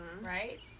right